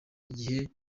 igihe